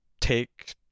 take